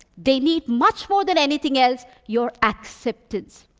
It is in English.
they need, much more than anything else, your acceptance.